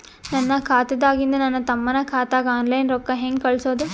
ನನ್ನ ಖಾತಾದಾಗಿಂದ ನನ್ನ ತಮ್ಮನ ಖಾತಾಗ ಆನ್ಲೈನ್ ರೊಕ್ಕ ಹೇಂಗ ಕಳಸೋದು?